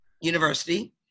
University